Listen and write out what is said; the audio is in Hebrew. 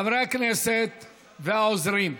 חברי הכנסת והעוזרים,